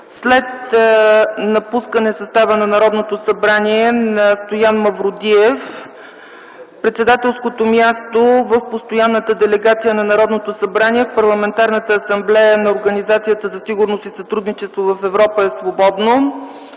След напускане състава на Народното събрание от Стоян Мавродиев председателското място в Постоянната делегация на Народното събрание в Парламентарната асамблея на Организацията за сигурност и сътрудничество в Европа е свободно.